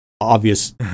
obvious